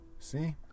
See